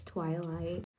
Twilight